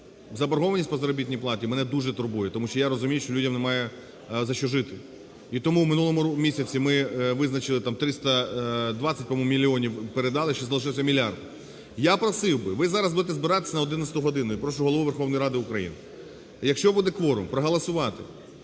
заборгованість по заробітні платі мене дуже турбує, тому що я розумію, що людям немає за що жити. І тому в минулому місяці ми визначили там 320, по-моєму, мільйонів передали, ще залишився 1 мільярд. Я просив би, ви зараз будете збиратися на 11 годину, я прошу Голову Верховної Ради України, якщо буде кворум, проголосувати